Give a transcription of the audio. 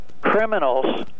criminals